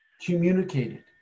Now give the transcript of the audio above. communicated